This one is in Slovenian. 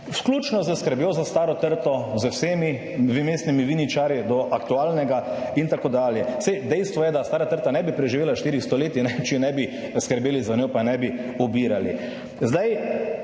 vključno s skrbjo za staro trto, z vsemi vmesnimi viničarji do aktualnega, in tako dalje. Saj dejstvo je, da stara trta ne bi preživela 400 leti, če ne bi skrbeli za njo pa je ne bi obirali.